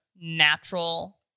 natural